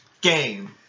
Game